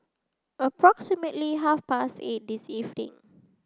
approximately half past eight this evening